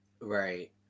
Right